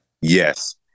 yes